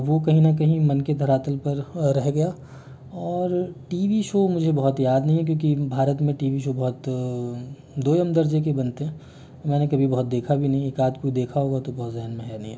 वह कहीं न कहीं मन के धरातल पर रह गया और टी वी शो मुझे बहुत याद नहीं है क्योंकि भारत में टी वी शो बहुत दोयम दर्जे के बनते हैं मैंने कभी बहुत देखा भी नहीं है एक आध कोई देखा होगा तो वो ज़हन में है नहीं अब